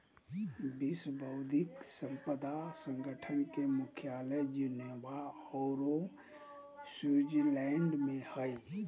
विश्व बौद्धिक संपदा संगठन के मुख्यालय जिनेवा औरो स्विटजरलैंड में हइ